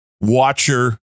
watcher